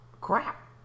Crap